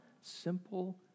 simple